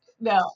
no